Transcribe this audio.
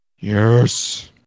Yes